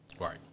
Right